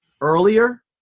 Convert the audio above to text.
earlier